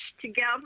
together